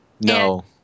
No